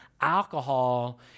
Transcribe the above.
alcohol